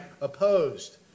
Opposed